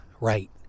right